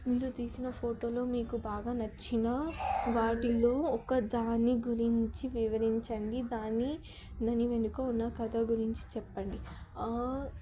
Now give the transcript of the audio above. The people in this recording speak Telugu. మీరు తీసిన ఫోటోలో మీకు బాగా నచ్చిన వాటిలో ఒక దాని గురించి వివరించండి దాని దాని వెనుక ఉన్న కథ గురించి చెప్పండి